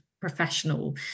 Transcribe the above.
professional